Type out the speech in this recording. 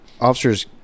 officers